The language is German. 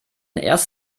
erst